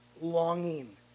longing